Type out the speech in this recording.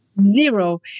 zero